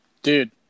Dude